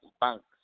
banks